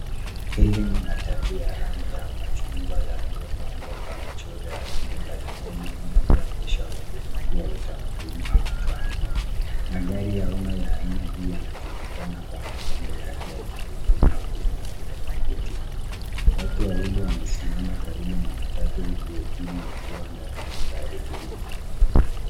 Hili ni matatu ya rangi ya rangi ya machungwa yaliyopambwa kwa mchoro ya rangi mbalimbali inayoonyesha ubunifu wa utamaduni wa matwana. Magari ya umma ya aina hii yanajulikana kwa mapambo yake ya kipekee na ubunifu ya kuvutia. Watu wawili wamesimama karibu na matatu huku wengine wakiwa ndani ya gari hilo.